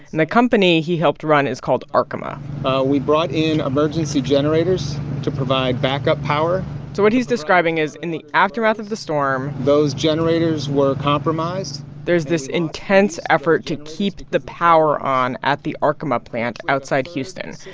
and the company he helped run is called arkema we brought in emergency generators to provide backup power so what he's describing is, in the aftermath of the storm. those generators were compromised there's this intense effort to keep the power on at the arkema plant outside houston.